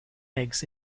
eggs